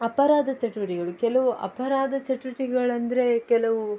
ಅಪರಾಧ ಚಟುವಟಿಕೆಗಳು ಕೆಲವು ಅಪರಾಧ ಚಟುವಟಿಕೆಗಳೆಂದ್ರೆ ಕೆಲವು